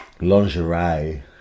lingerie